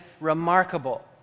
remarkable